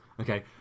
okay